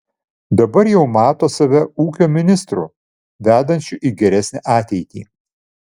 dabar jau mato save ūkio ministru vedančiu į geresnę ateitį